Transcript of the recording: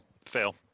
Fail